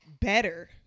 better